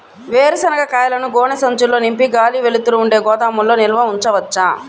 వేరుశనగ కాయలను గోనె సంచుల్లో నింపి గాలి, వెలుతురు ఉండే గోదాముల్లో నిల్వ ఉంచవచ్చా?